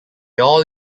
all